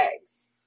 eggs